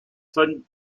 von